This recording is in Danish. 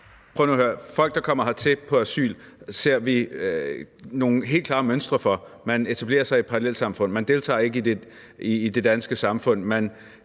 Prøv nu at høre: Folk, der kommer hertil og får asyl, ser vi nogle helt klare mønstre for. Man etablerer sig i parallelsamfund. Man deltager ikke i det danske samfund.